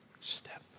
step